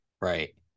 right